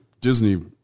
Disney